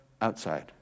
outside